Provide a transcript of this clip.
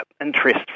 interest